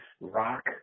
rock